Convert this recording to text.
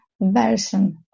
version